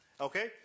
Okay